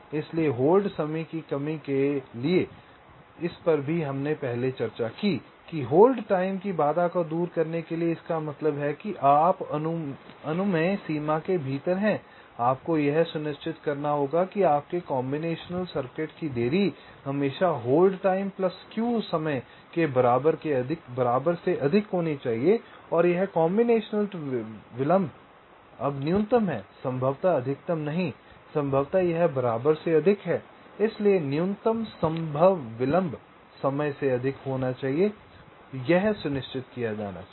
इसलिए होल्ड समय की कमी के लिए इस पर भी हमने पहले चर्चा की कि होल्ड टाइम की बाधा को दूर करने के लिए इसका मतलब है कि आप अनुमेय सीमा के भीतर हैं आपको यह सुनिश्चित करना होगा कि आपके कॉम्बिनेशनल सर्किट की देरी हमेशा होल्ड टाइम प्लस स्क्यू समय के बराबर से अधिक होनी चाहिए और यह कॉम्बिनेशनल विलंब अब न्यूनतम है संभवत अधिकतम नहीं संभवतः यह बराबर से अधिक है इसलिए न्यूनतम संभव विलंब समय से अधिक होना चाहिए यह सुनिश्चित किया जाना चाहिए